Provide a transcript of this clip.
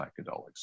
psychedelics